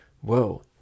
whoa